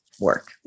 work